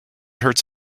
hurts